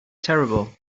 terrible